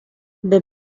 the